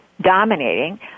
dominating